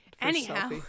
anyhow